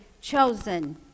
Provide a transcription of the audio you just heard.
chosen